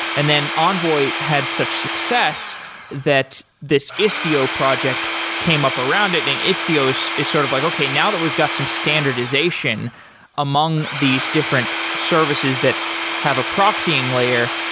and then envoy had such success that this istio project came up around it and istio is is sort of like, okay. now that we've got some standardization among these different services that have a proxying layer,